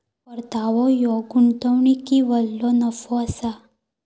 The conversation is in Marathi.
परतावो ह्यो गुंतवणुकीवरलो नफो असा